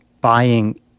buying